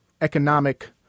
economic